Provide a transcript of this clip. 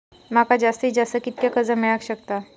माका जास्तीत जास्त कितक्या कर्ज मेलाक शकता?